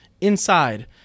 inside